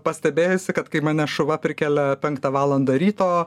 pastebėjusi kad kai mane šuva prikelia penktą valandą ryto